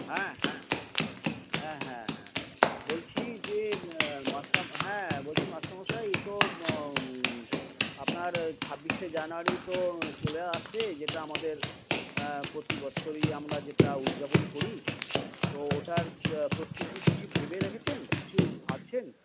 হ্যাঁ হ্যাঁ হ্যাঁ হ্যাঁ হ্যাঁ বলছি যে মাস্টা হ্যাঁ বলছি মাস্টারমশাই তো আপনার ছাব্বিশে জানুয়ারি তো চলে আসছে যেটা আমাদের প্রতি বছরই আমরা যেটা উদযাপন করি তো ওটার প্রস্তুতি কিছু ভেবে রেখেছেন কিছু ভাবছেন